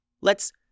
Let's